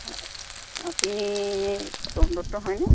আপুনি তৰুণ দত্ত হয়নে